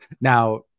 now